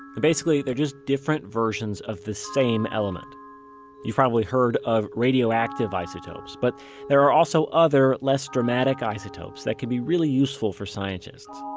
and basically, they're just different versions of the same element you've probably heard of radioactive isotopes. but there are also other less-dramatic isotopes that can be really useful for scientists